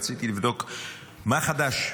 רציתי לבדוק מה חדש,